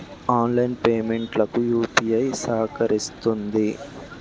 online payment లకు UPI సహకరిస్తుంది